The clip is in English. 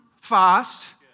fast